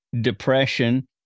depression